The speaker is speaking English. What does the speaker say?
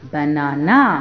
Banana